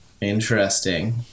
interesting